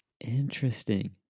Interesting